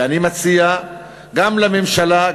ואני מציע גם לממשלה,